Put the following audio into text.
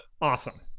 Awesome